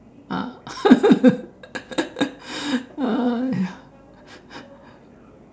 ah uh